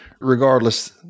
regardless